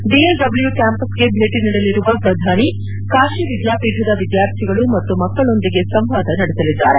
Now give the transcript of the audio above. DLW ಕ್ನಾಂಪಸ್ಗೆ ಭೇಟಿ ನೀಡಲಿರುವ ಪ್ರಧಾನಿ ಕಾಶಿ ವಿದ್ಯಾಪೀಠದ ವಿದ್ಯಾರ್ಥಿಗಳು ಮತ್ತು ಮಕ್ಕಳೊಂದಿಗೆ ಸಂವಾದ ನಡೆಸಲಿದ್ದಾರೆ